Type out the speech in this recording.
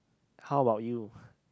how about you